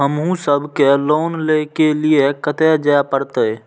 हमू सब के लोन ले के लीऐ कते जा परतें?